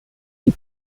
die